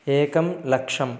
एकं लक्षं